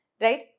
right